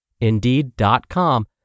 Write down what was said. Indeed.com